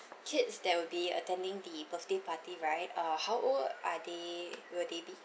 kids that will be attending the birthday party right uh how old are they will they be